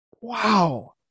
wow